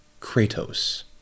Kratos